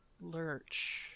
Lurch